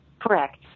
Correct